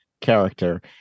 character